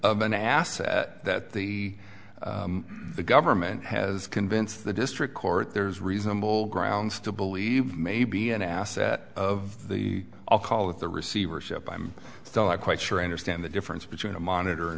an asset that the government has convinced the district court there's reasonable grounds to believe may be an asset of the i'll call it the receivership i'm still not quite sure i understand the difference between a monitor and